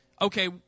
Okay